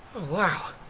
wow.